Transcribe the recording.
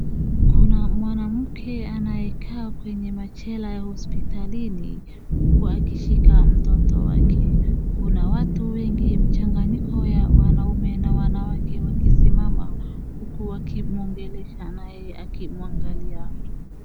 Kuna mwanamke anayekaa kwenye machela ya hospitalini, huku akishika mtoto wake. Kuna watu wengi mchanganyiko ya wanaume na wanawake wakisimama, huku wakimwongelesha naye akimwangalia.